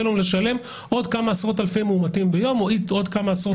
לנו לשלם עוד כמה עשרות אלפי מתים או עוד כמה עשרות